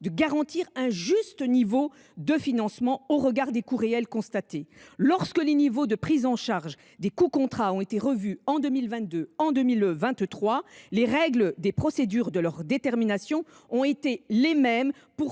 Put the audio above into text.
de garantir un juste niveau de financement au regard des coûts réels constatés. Lorsque les niveaux de prise en charge des coûts contrats ont été revus en 2022 et 2023, les règles des procédures pour les déterminer ont été les mêmes